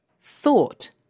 thought